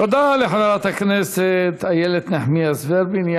תודה לחברת הכנסת איילת נחמיאס ורבין.